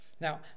Now